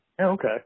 Okay